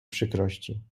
przykrości